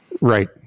right